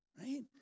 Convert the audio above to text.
right